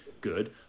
good